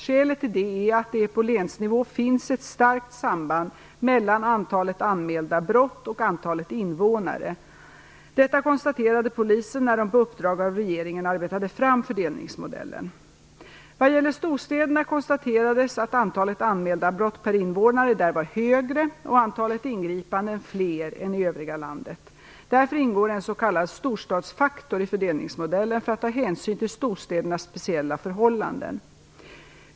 Skälet till detta är att det på länsnivå finns ett starkt samband mellan antalet anmälda brott och antalet invånare. Detta konstaterade polisen när den på uppdrag av regeringen arbetade fram fördelningsmodellen. Vad gäller storstäderna konstaterades att antalet anmälda brott per invånare där var högre och antalet ingripanden fler än i övriga landet. Därför ingår en s.k. storstadsfaktor i fördelningsmodellen för att ta hänsyn till storstädernas speciella förhållanden.